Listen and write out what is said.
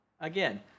Again